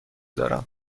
دارم